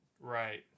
Right